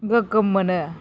गोगोम मोनो